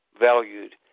valued